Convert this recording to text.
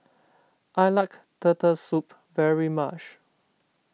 I like Turtle Soup very much